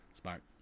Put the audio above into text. smart